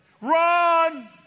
Run